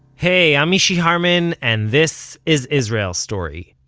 hey, i'm mishy harman and this is israel story.